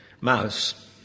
Mouse